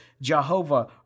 Jehovah